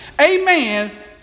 amen